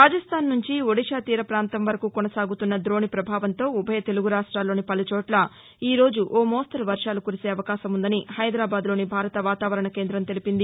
రాజస్థాన్ నుంచి ఒడిషా తీర పాంతం వరకు కొనసాగుతున్న దోణి పభావంతో ఉభయ తెలుగు రాష్లాల్లోని పలుచోట్ల ఈ రోజు ఓమోస్తరు వర్వాలు కురిసే అవకాశం ఉందని హైదరాబాద్లోని భారత వాతావరణ కేందం తెలిపింది